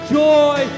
joy